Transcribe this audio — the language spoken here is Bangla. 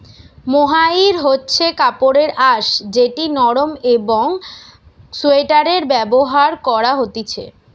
মোহাইর হচ্ছে কাপড়ের আঁশ যেটি নরম একং সোয়াটারে ব্যবহার করা হতিছে